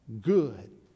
good